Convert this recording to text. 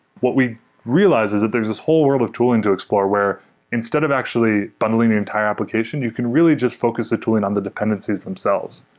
what we realize is that there's this whole world of tooling to explore where instead of actually bundling the entire application, you can really just focus a tooling on the dependencies themselves.